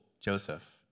Joseph